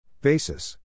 Basis